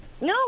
No